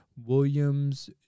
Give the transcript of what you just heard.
Williams